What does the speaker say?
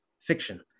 fiction